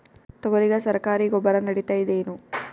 ತೊಗರಿಗ ಸರಕಾರಿ ಗೊಬ್ಬರ ನಡಿತೈದೇನು?